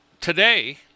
today